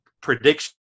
prediction